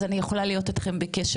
אז אני יכולה להיות איתכם בקשר,